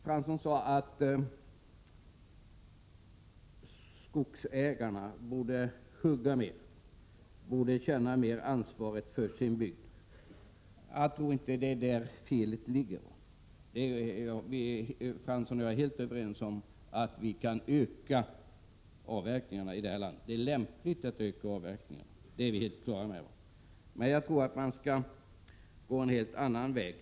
Fransson menade att skogsägarna borde hugga mer, att de i större utsträckning borde känna ansvaret för sin bygd. Jag tror inte att det är där felet ligger. Fransson och jag är helt överens om att det är lämpligt att öka avverkningarna i det här landet och att det går att göra detta. Det är vi helt på det klara med. Men jag tror att man skall gå en annan väg.